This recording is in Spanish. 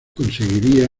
conseguiría